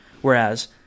whereas